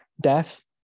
death